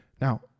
now